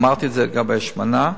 אמרתי את זה לגבי השמנה.